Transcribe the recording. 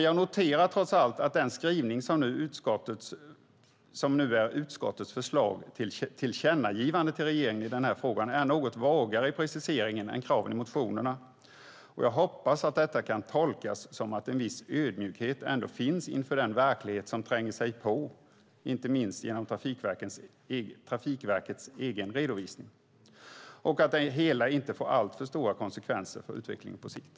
Jag noterar trots allt att den skrivning som nu är utskottets förslag till tillkännagivande till regeringen i den här frågan är något vagare i preciseringen än kraven i motionerna. Jag hoppas att detta kan tolkas som att en viss ödmjukhet finns inför den verklighet som tränger sig på, inte minst genom Trafikverkets egen redovisning, och att det hela inte får alltför stora konsekvenser för utvecklingen på sikt.